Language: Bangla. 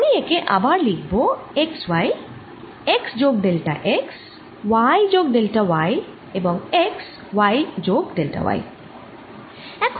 আমি একে আবার লিখবো x y x যোগ ডেল্টা x y যোগ ডেল্টা y এবং x y যোগ ডেল্টা y